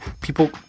People